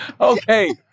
Okay